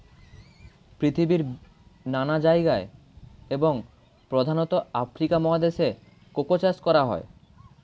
পৃথিবীর নানা জায়গায় এবং প্রধানত আফ্রিকা মহাদেশে কোকো চাষ করা হয়